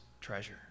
treasure